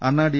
Anna D